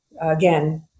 again